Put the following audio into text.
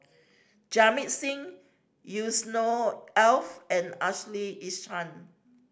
Jamit Singh Yusnor Ef and Ashley Isham